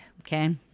okay